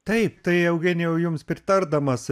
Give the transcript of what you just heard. taip tai eugenijau jums pritardamas